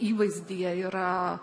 įvaizdyje yra